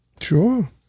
Sure